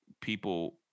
people